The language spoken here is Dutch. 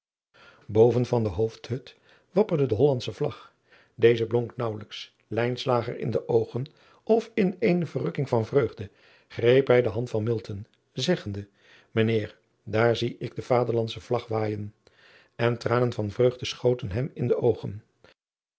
oven van de oofdhut wapperde de ollandsche vlag deze blonk naauwelijks in de oogen of in eene verrukking van vreugde greep hij de hand van zeggende ijn eer daar zie ik de vaderlandsche vlag waaijen en tranen van vreugde schoten hem in de oogen